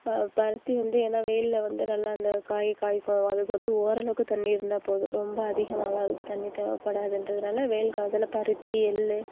பருத்தி வந்து ஏன்னால் வெயிலில் வந்து நல்லா இந்த காய் காய்க்கும் அதுக்கு வந்து ஓரளவுக்கு தண்ணி இருந்தால் போதும் ரொம்ப அதிகமாகலாம் அதுக்கு தண்ணி தேவைப்படாதுன்றதினால வெயில் காலத்தில் பருத்தி எள்